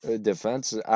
defense